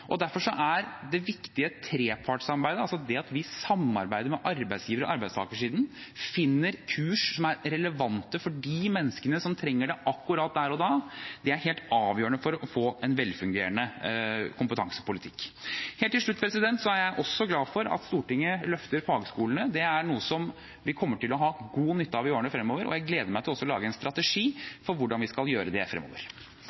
Derfor er det viktige trepartssamarbeidet, altså det at vi samarbeider med arbeidsgiversiden og arbeidstakersiden og finner kurs som er relevante for de menneskene som trenger det akkurat der og da, helt avgjørende for å få en velfungerende kompetansepolitikk. Helt til skutt: Jeg er også glad for at Stortinget løfter fagskolene. Det er noe vi kommer til å ha god nytte av i årene fremover, og jeg gleder meg til også å lage en